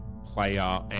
Player